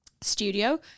studio